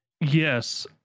Yes